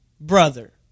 brother